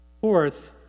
Fourth